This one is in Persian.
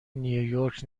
نیویورک